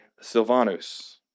Silvanus